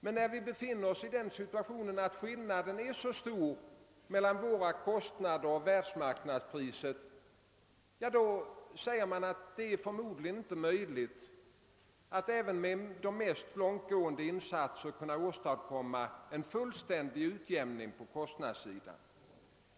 Men när vi nu befinner oss i den situationen att skillnaden är så stor mellan våra kostnader och världsmarknadspriset, då måste man konstatera, att det förmodligen inte är möjligt att även med de mest långtgående insatser åstadkomma en fullständig utjämning på kostnadssidan.